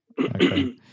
Okay